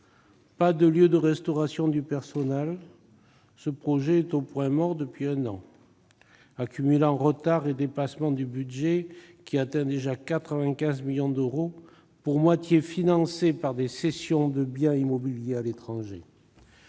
de lieu de restauration du personnel, ce projet est au point mort depuis un an, accumulant retard et dépassement du budget, qui atteint déjà 95 millions d'euros, pour moitié financés par des cessions de biens immobiliers à l'étranger.